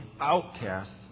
outcasts